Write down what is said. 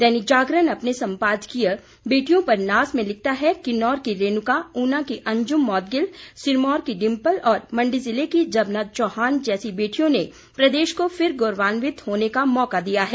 दैनिक जागरण अपने सम्पादकीय बेटियों पर नाज में लिखता है किन्नौर की रेणुका उना की अंजूम मौदगिलसिरमौर की डिंपल और मंडी जिले की जबना चौहान जैसी बेटियों ने प्रदेश को फिर गौरान्वित होने का मौका दिया है